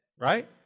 right